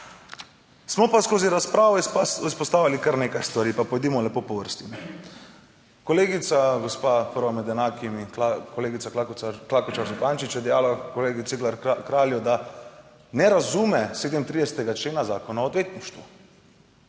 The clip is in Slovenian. Smo pa skozi razpravo izpostavili kar nekaj stvari, pa pojdimo lepo po vrsti. Kolegica, gospa prva med enakimi, kolegica Klakočar Zupančič, je dejala kolegi Cigler Kralju, da ne razume 37. člena Zakona o odvetništvu.